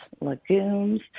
legumes